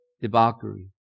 debauchery